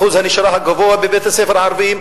אחוז הנשירה הגבוה בבתי-הספר הערביים,